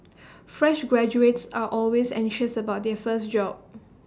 fresh graduates are always anxious about their first job